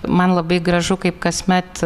man labai gražu kaip kasmet